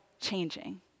changing